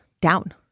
down